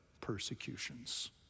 persecutions